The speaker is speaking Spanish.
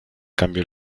cambio